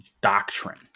doctrine